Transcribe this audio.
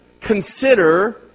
consider